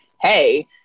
hey